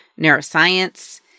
neuroscience